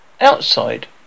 outside